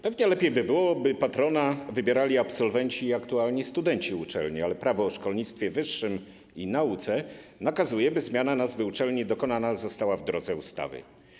Pewnie lepiej by było, gdyby patrona wybierali absolwenci i aktualni studenci uczelni, ale Prawo o szkolnictwie wyższym i nauce nakazuje, by zmiana nazwy uczelni dokonana została w drodze ustawy.